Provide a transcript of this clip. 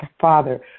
Father